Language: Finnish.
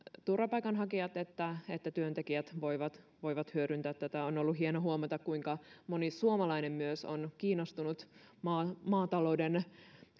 turvapaikanhakijat että että työntekijät voivat voivat hyödyntää tätä on ollut hieno huomata kuinka moni suomalainen myös on kiinnostunut maatalouden